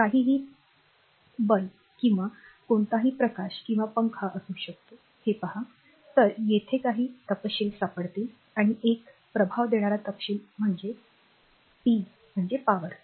काहीही बल्ब किंवा कोणताही प्रकाश किंवा पंखा असू शकतो हे पहा तर तेथे काही तपशील सापडतील आणि एक प्रभाव देणारा तपशील म्हणजे पी